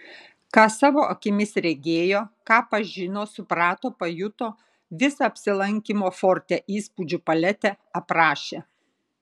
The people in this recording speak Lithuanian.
ką savo akimis regėjo ką pažino suprato pajuto visą apsilankymo forte įspūdžių paletę aprašė